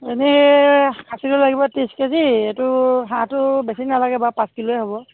এনেই খাচীটো লাগিব ত্ৰিছ কেজি এইটো হাহঁটো বেছি নালাগে বাৰু পাঁচ কিলোৱে হ'ব